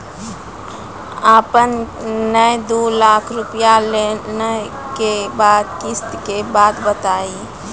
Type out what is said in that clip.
आपन ने दू लाख रुपिया लेने के बाद किस्त के बात बतायी?